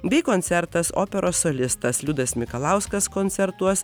bei koncertas operos solistas liudas mikalauskas koncertuos